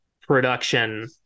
production